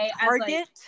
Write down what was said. target